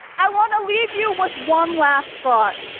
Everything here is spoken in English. i want to leave you with one last thought.